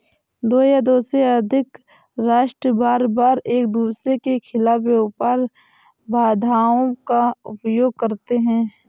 दो या दो से अधिक राष्ट्र बारबार एकदूसरे के खिलाफ व्यापार बाधाओं का उपयोग करते हैं